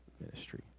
ministry